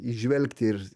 įžvelgti ir